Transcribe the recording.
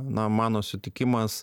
na mano sutikimas